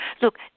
Look